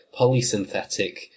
polysynthetic